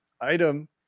item